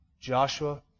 Joshua